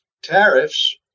Tariffs